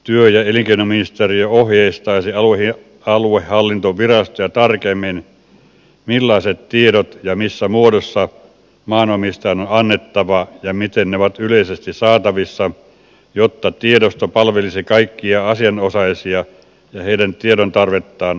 työ ja elinkeinoministeriö ohjeistaisi aluehallintovirastoja tarkemmin millaiset tiedot ja missä muodossa maanomistajan on annettava ja miten ne ovat yleisesti saatavissa jotta tiedosto palvelisi kaikkia asianosaisia ja heidän tiedontarvettaan asianmukaisesti